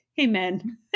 Amen